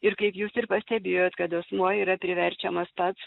ir kaip jūs ir pastebėjot kad asmuo yra priverčiamas pats